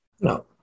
No